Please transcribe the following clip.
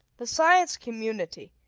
the science community,